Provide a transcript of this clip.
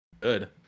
Good